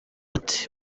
ati